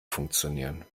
funktionieren